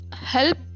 help